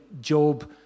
Job